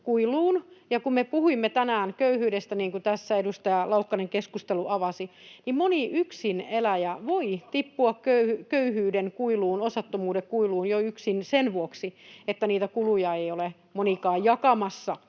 kuiluun, ja kun me puhuimme tänään köyhyydestä, kun tässä edustaja Laukkanen keskustelun avasi, niin moni yksineläjä voi tippua köyhyyden kuiluun, osattomuuden kuiluun jo yksin sen vuoksi, että niitä kuluja ei ole monikaan jakamassa.